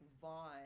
Vaughn